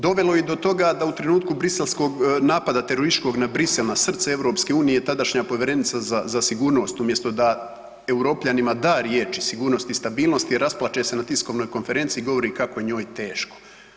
Dovelo je i do toga da u trenutku briselskog napada terorističkog na Bruxelles, na srce EU tadašnja povjerenica za sigurnost umjesto da Europljanima da riječi stabilnosti i sigurnosti rasplače se na tiskovnoj konferenciji, govori kako je njoj teško.